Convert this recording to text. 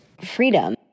freedom